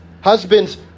Husbands